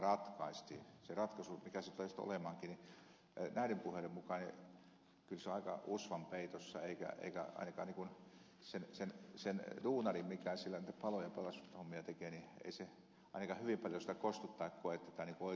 se ratkaisu mikä se sitten tulee olemaankin näiden puheiden mukaan on kyllä aika usvan peitossa eikä se duunari joka siellä palo ja pelastushommia tekee ainakaan hyvin paljon siitä kostu tai koe tätä oikeudenmukaiseksi